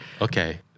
Okay